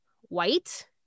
white